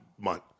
month